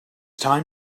time